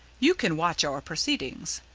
you can watch our proceedings.